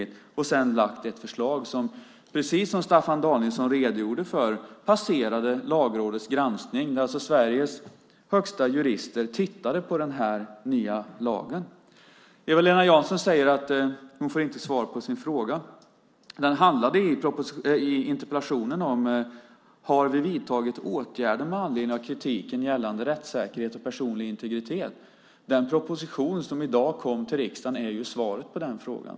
Sedan har vi lagt fram ett förslag som, precis som Staffan Danielsson redogjorde för, passerade Lagrådets granskning. Sveriges högsta jurister har alltså tittat på den nya lagen. Eva-Lena Jansson säger att hon inte får svar på sin fråga. Frågan i interpellationen var: Har ni vidtagit åtgärder med anledning av kritiken gällande rättssäkerhet och personlig integritet? Den proposition som i dag kom till riksdagen är ju svar på den frågan.